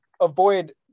avoid